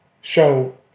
show